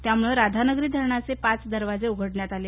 त्यामुळे राधानगरी धरणाचे पाच दरवाजे उघडण्यात आले